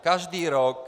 Každý rok.